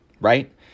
Right